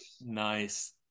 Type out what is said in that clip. Nice